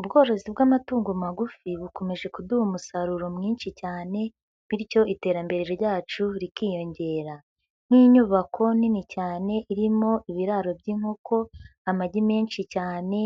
Ubworozi bw'amatungo magufi bukomeje kuduha umusaruro mwinshi cyane bityo iterambere ryacu rikiyongera, nk'inyubako nini cyane irimo ibiraro by'inkoko, amagi menshi cyane